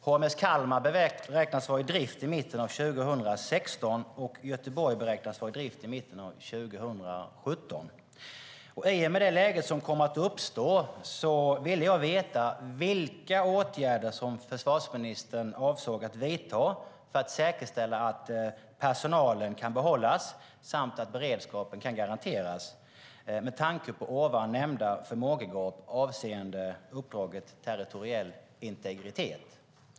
HMS Kalmar beräknas vara i drift i mitten av 2016 och HMS Göteborg i mitten av 2017. I och med det läge som kommer att uppstå ville jag veta vilka åtgärder försvarsministern avsåg att vidta för att säkerställa att personalen kan behållas samt beredskapen garanteras, detta med tanke på ovan nämnda förmågegap avseende uppdraget territoriell integritet.